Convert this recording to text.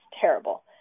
terrible